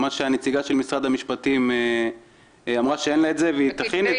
נציגת משרד המשפטים אמרה שאין לה את זה ושהיא תכין את זה,